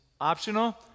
optional